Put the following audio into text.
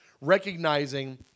Recognizing